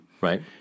Right